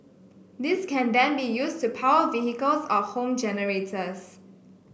this can then be used to power vehicles or home generators